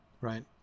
right